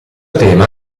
tema